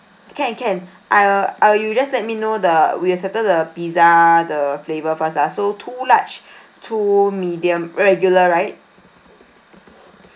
can can I'll uh you just let me know the we will settle the pizza the flavour first ah so two large two medium regular right